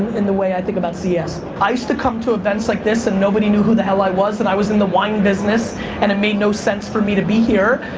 in the way i think about ces. i used to come to events like this and nobody knew who the hell i was and i was in the wine business and it made no sense for me to be here.